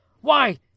Why